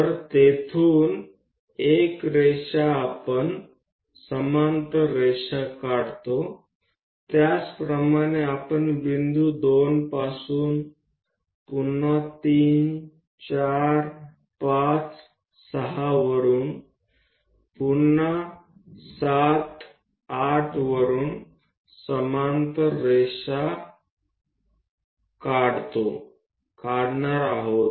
तर तेथून 1 रेषा आपण समांतर रेषा काढतो त्याचप्रमाणे आपण बिंदू 2 पासून पुन्हा 3 4 5 6 वरून पुन्हा 7 8 वरुन समांतर रेषा काढणार आहोत